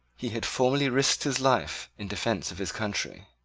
he had formerly risked his life in defense of his country